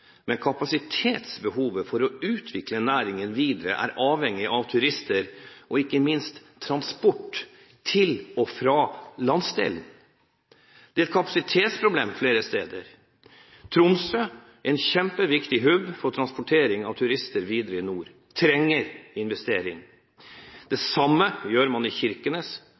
men kapasitetsbehovet for å utvikle næringen videre er avhengig av turister og ikke minst transport til og fra landsdelen. Det er kapasitetsproblemer flere steder – i Tromsø, som er en kjempeviktig «hub» for transport av turister videre nord, trenger investeringer. Det samme gjør man i Kirkenes